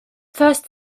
first